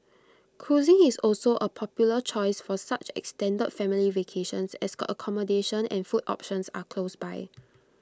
cruising is also A popular choice for such extended family vacations as accommodation and food options are close by